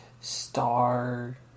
Star